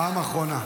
פעם אחרונה.